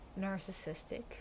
narcissistic